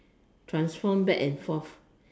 transform back and forth